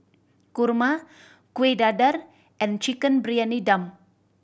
kurma Kuih Dadar and Chicken Briyani Dum